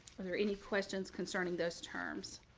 are there any questions concerning those terms?